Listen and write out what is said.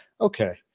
Okay